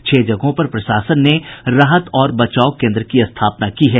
छह जगहों पर प्रशासन ने राहत और बचाव केन्द्र की स्थापना की है